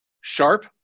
Sharp